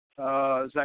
Zach